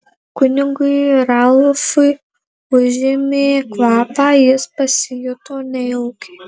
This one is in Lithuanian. kunigui ralfui užėmė kvapą jis pasijuto nejaukiai